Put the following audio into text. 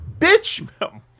Bitch